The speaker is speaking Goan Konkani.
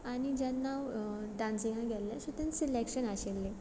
आनी जेन्ना हांव डान्सिगां गेलें तेन्ना सिलेक्शन आशिल्लें